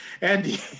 Andy